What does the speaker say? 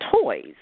toys